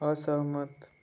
असहमत